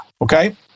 okay